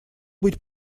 быть